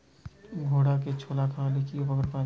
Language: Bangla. ঘোড়াকে ছোলা খাওয়ালে কি উপকার পাওয়া যায়?